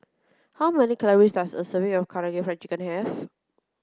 how many calories does a serving of Karaage Fried Chicken have